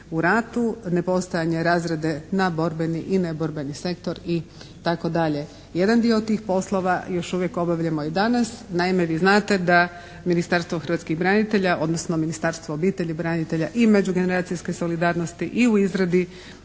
u radu, nepostojanje razrade na borbeni i neborbeni sektor itd. Jedan dio tih poslova još uvijek obavljamo i danas. Naime, vi znate da Ministarstvo hrvatskih branitelja odnosno Ministarstvo obitelji, branitelja i međugeneracijske solidarnosti i u izradi